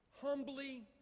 humbly